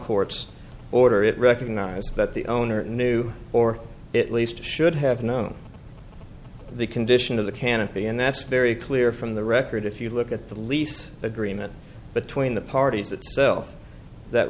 court's order it recognizes that the owner knew or at least should have known the condition of the canopy and that's very clear from the record if you look at the lease agreement between the parties itself that